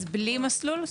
אז בלי מסלול?